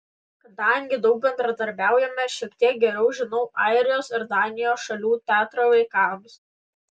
kadangi daug bendradarbiaujame šiek tiek geriau žinau airijos ir danijos šalių teatrą vaikams